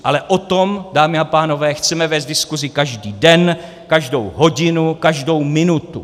Ale o tom, dámy a pánové, chceme vést diskuzi každý den, každou hodinu, každou minutu.